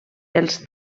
els